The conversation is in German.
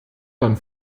dann